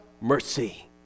mercy